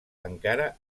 encara